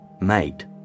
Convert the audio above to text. mate